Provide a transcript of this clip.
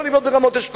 לא לבנות ברמת-אשכול,